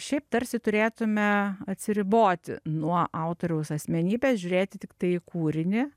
šiaip tarsi turėtume atsiriboti nuo autoriaus asmenybės žiūrėti tiktai į kūrinį